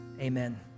amen